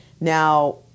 Now